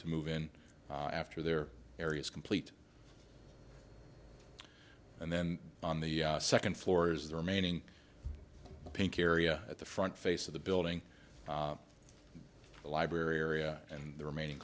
to move in after their areas complete and then on the second floor is the remaining pink area at the front face of the building the library area and the remaining